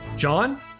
John